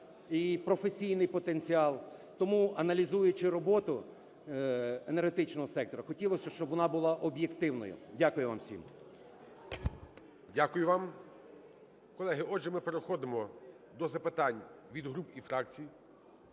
і професійний потенціал. Тому, аналізуючи роботу енергетичного сектору, хотілося, щоб вона була об'єктивною. Дякую вам всім. ГОЛОВУЮЧИЙ. Дякую вам. Колеги, отже, ми переходимо до запитань від груп і фракцій.